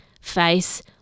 face